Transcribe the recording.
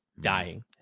dying